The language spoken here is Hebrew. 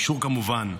כמובן,